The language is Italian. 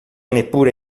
neppure